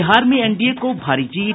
बिहार में एनडीए की भारी जीत